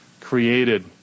created